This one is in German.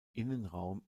innenraum